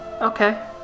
Okay